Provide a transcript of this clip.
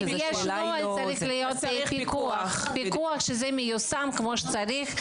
יש נוהל, צריך שיהיה פיקוח על יישום כמו שצריך.